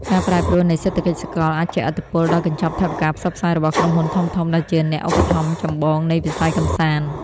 ការប្រែប្រួលនៃសេដ្ឋកិច្ចសកលអាចជះឥទ្ធិពលដល់កញ្ចប់ថវិកាផ្សព្វផ្សាយរបស់ក្រុមហ៊ុនធំៗ ដែលជាអ្នកឧបត្ថម្ភចម្បងនៃវិស័យកម្សាន្ត។